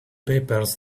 papers